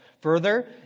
Further